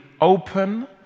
open